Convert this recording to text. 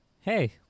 Hey